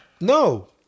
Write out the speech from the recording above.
No